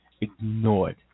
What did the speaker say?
ignored